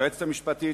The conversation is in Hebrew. ליועצת המשפטית,